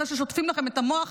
אחרי ששוטפים לכם את המוח,